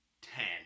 ten